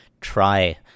try